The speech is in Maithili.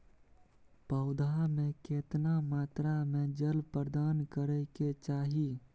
पौधा में केतना मात्रा में जल प्रदान करै के चाही?